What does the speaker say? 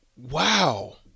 Wow